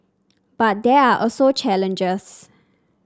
but there are also challenges